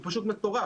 הוא פשוט מטורף.